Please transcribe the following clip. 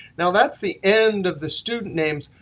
now, that's the end of the student names.